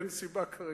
אין סיבה כרגע,